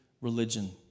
religion